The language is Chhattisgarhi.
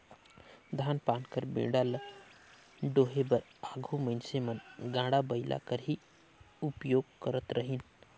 धान पान कर बीड़ा ल डोहे बर आघु मइनसे मन गाड़ा बइला कर ही उपियोग करत रहिन